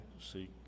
seek